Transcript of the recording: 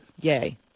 Yay